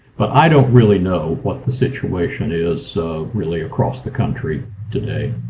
but i don't really know what the situation is so really across the country today.